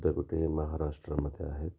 इतर काही महाराष्ट्रामध्ये आहेत